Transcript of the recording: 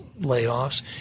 layoffs